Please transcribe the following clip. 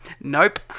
Nope